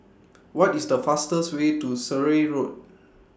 What IS The fastest Way to Surrey Road